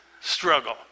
struggle